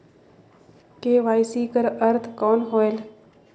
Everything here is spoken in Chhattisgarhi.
के.वाई.सी कर अर्थ कौन होएल?